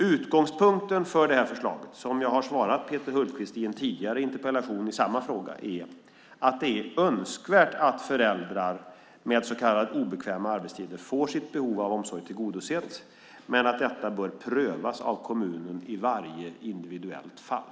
Utgångspunkten för det här förslaget är, som jag har svarat Peter Hultqvist i en tidigare interpellation i samma fråga, att det är önskvärt att föräldrar med så kallade obekväma arbetstider får sitt behov av omsorg tillgodosett men att detta bör prövas av kommunen i varje individuellt fall.